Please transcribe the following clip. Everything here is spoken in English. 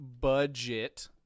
Budget